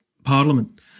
Parliament